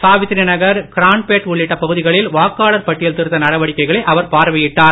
சாவித்ரி நகர் கிரான்பேட் உள்ளிட்ட பகுதிகளில் வாக்காளர் பட்டியல் திருத்த நடவடிக்கைகளை அவர் பார்வையிட்டார்